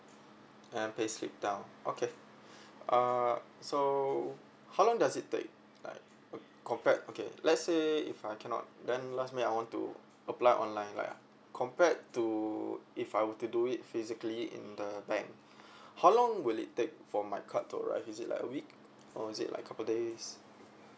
and pay slip down okay uh so how long does it take like uh compared okay let's say if I cannot then last minute I want to apply online like compared to if I were to do it physically in the bank how long will it take for my card to arrive is it like a week or is it like couple days